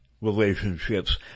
relationships